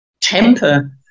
temper